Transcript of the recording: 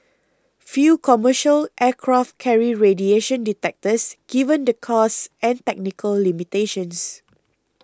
few commercial aircraft carry radiation detectors given the costs and technical limitations